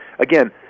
again